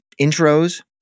intros